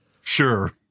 sure